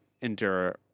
endure